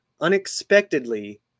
unexpectedly